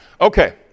Okay